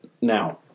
now